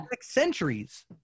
centuries